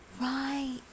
right